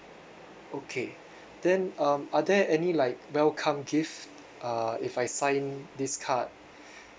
okay then um are there any like welcome gift uh if I sign this card